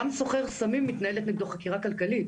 גם סוחר סמים מתנהלת נגדו חקירה כלכלית